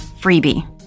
freebie